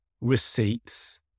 receipts